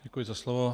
Děkuji za slovo.